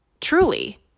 truly